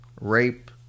rape